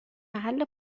محل